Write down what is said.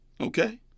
okay